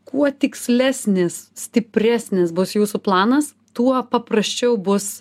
kuo tikslesnis stipresnis bus jūsų planas tuo paprasčiau bus